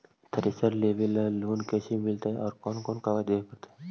Thresher लेबे ल loan कैसे मिलतइ और कोन कोन कागज देबे पड़तै?